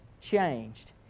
changed